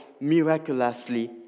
miraculously